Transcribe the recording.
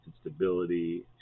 stability